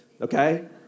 Okay